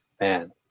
man